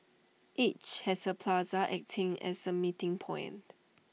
each has A plaza acting as A meeting point